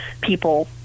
people